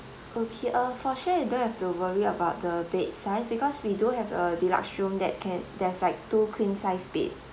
okay uh for sure you don't have to worry about the bed size because we do have a deluxe room that can there's like two queen size bed